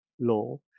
law